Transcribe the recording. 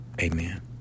Amen